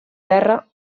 guerra